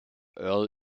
earl